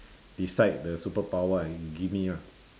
decide the superpower and you give me ah